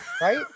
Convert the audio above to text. right